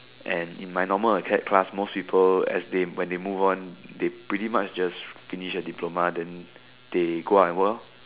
and in my normal acad class most people as they when they move on they pretty much just finish their diploma then they go out and work lor